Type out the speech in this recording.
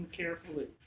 carefully